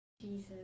Jesus